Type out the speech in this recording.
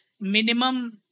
minimum